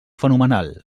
fenomenal